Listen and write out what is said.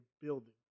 building